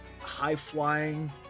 high-flying